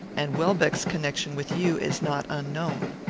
and welbeck's connection with you is not unknown.